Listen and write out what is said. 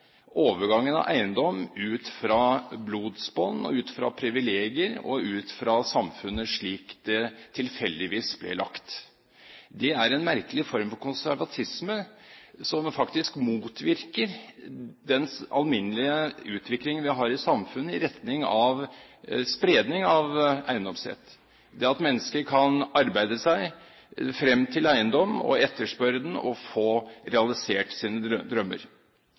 overgangen av eiendom ut fra blodsbånd og privilegier og ut fra samfunnet slik det tilfeldigvis ble lagt. Det er en merkelig form for konservatisme, som faktisk motvirker den alminnelige utvikling vi har i samfunnet, i retning av spredning av eiendomsrett, det at mennesker kan arbeide seg frem til eiendom, etterspørre den og få realisert sine drømmer.